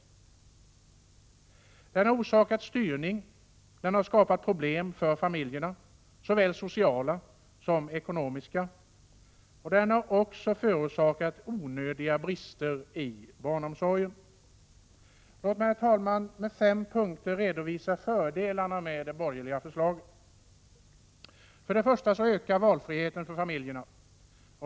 Politiken har orsakat styrning och skapat problem för familjerna, såväl sociala som ekonomiska. Den har också förorsakat onödiga brister i barnomsorgen. Låt mig, herr talman, under fem punkter redovisa fördelarna med det borgerliga förslaget. För det första ökar valfriheten för familjerna.